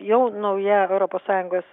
jau nauja europos sąjungos